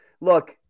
look